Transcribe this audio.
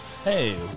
Hey